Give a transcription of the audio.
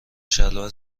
شلوار